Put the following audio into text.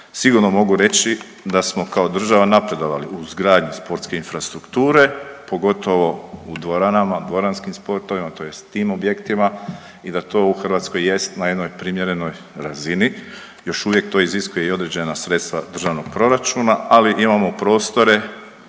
Sigurno mogu reći da smo kao država napredovali u izgradnji sportske infrastrukture pogotovo u dvoranama, dvoranskim sportovima tj. tim objektima i da to u Hrvatskoj jest na jednoj primjerenoj razini, još uvijek to iziskuje i određena sredstva državnog proračuna, ali imamo prostore